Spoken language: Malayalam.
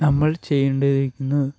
നമ്മൾ ചെയ്യേണ്ടിയിരിക്കുന്നു